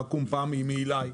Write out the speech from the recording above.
פעם בא מישהו מאקו"ם,